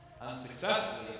Unsuccessfully